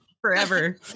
forever